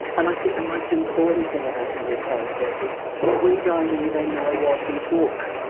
and i think the most important thing about henry kwan's death is we don't even know what he took.